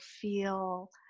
feel